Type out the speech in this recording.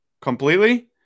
completely